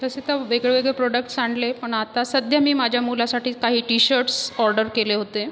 तसे तर वेगळेवेगळे प्रोडक्टस् आणले पण आता सध्या आता मी माझ्या मुलासाठी काही टी शर्टस् ऑर्डर केले होते